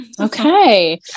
Okay